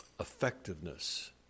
effectiveness